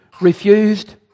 refused